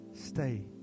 stay